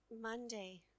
Monday